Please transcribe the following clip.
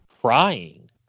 crying